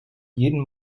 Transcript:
jeden